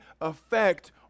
effect